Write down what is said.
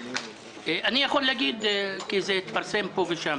אני יכול להגיד כי זה התפרסם פה ושם